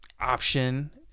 option